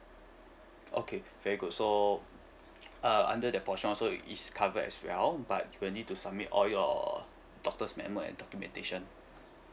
okay very good so uh under that portion also is covered as well but you will need to submit all your doctor's memo and documentation